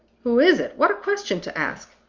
who is it! what a question to ask!